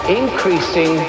increasing